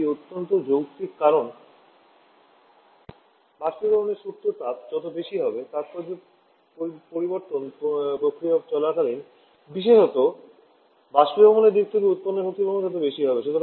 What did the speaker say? এটি অত্যন্ত যৌক্তিক কারণ বাষ্পীকরণের সুপ্ত তাপ যত বেশি হবে তাত্পর্য পরিবর্তন প্রক্রিয়া চলাকালীন বিশেষত বাষ্পীভবনের দিক থেকে উত্পন্ন শক্তি পরিমাণ তত বেশি হবে